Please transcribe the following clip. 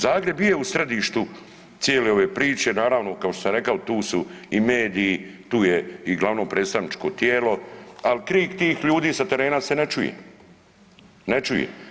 Zagreb bio u središtu cijele ove priče, naravno kao što sam rekao tu su mediji, tu je i glavno predstavničko tijelo, ali krik tih ljudi sa terena se ne čuje, ne čuje.